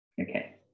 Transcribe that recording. Okay